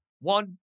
One